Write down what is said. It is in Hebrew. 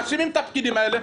מאשימים את הפקידים האלה.